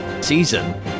season